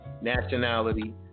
nationality